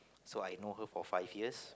so I know her for five years